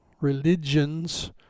religions